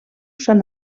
san